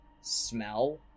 smell